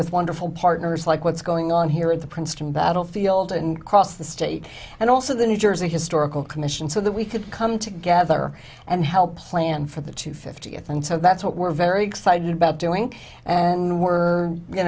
with wonderful partners like what's going on here in the princeton battlefield and cross the state and also the new jersey historical commission so that we could come together and help plan for the two fiftieth and so that's what we're very excited about doing and we're